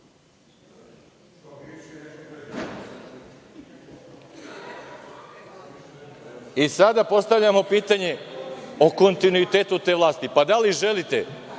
I, sada postavljamo pitanje o kontinuitetu te vlasti. Pa, da li želite